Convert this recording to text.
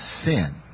sin